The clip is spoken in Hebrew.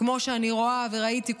כמו שאני רואה וראיתי,